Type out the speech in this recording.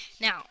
Now